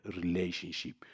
relationship